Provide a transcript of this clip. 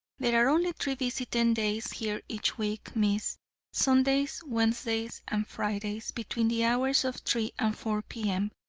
there are only three visiting days here each week, miss sundays, wednesdays and fridays, between the hours of three and four p. m.